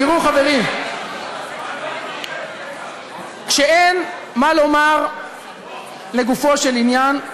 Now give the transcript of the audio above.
תראו, חברים, כשאין מה לומר לגופו של עניין,